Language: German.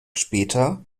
später